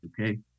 okay